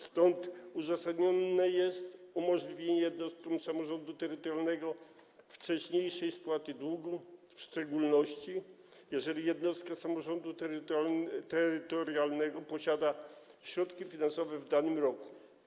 Stąd uzasadnione jest umożliwienie jednostkom samorządu terytorialnego wcześniejszej spłaty długu, w szczególności jeżeli jednostka samorządu terytorialnego posiada środki finansowe w danym roku.